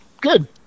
good